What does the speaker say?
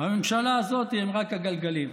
והממשלה הזאת היא רק הגלגלים.